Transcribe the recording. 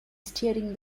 steering